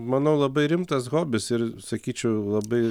manau labai rimtas hobis ir sakyčiau labai